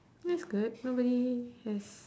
that's good nobody has